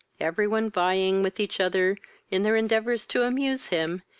every one vying with each other in their endeavours to amuse him,